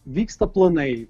vyksta planai